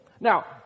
Now